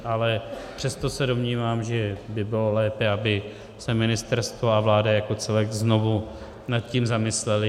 Ale přesto se domnívám, že by bylo lépe, aby se ministerstvo a vláda jako celek znovu nad tím zamyslely.